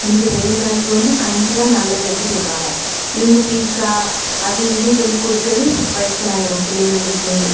இந்த வெயில் நேரத்தில் வந்து கஞ்சி தான் நல்லது அப்படி சொல்கிறாங்க இவங்க பீட்சா அது இதுன்னு சொல்லி கொடுக்கறது ஃபுட் பாய்சன் ஆகிரும் புள்ளைகளுக்கு வந்து